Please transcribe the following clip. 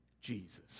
Jesus